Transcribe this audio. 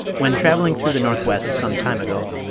when traveling through the northwest some time ago,